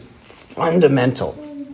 fundamental